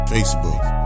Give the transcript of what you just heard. Facebook